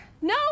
No